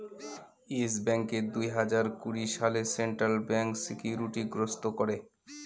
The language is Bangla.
ইয়েস ব্যাঙ্ককে দুই হাজার কুড়ি সালে সেন্ট্রাল ব্যাঙ্ক সিকিউরিটি গ্রস্ত করে